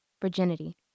virginity